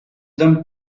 them